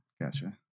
Gotcha